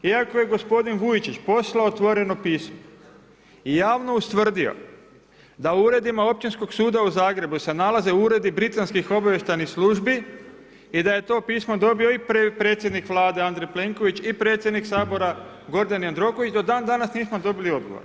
Iako je gospodin Vujčić poslao otvoreno pismo i javno ustvrdio da u uredima općinskog suda u Zagrebu se nalaze uredi britanskih obavještajnih službi i da je to pismo dobio i predsjednik Vlade Andrej Plenković i predsjednik Sabora Gordan Jadroković, do dan danas nismo dobili odgovor.